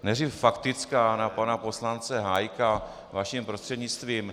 Nejdřív faktická na pana poslance Hájka, vaším prostřednictvím.